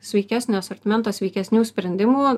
sveikesnio asortimento sveikesnių sprendimų